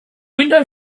window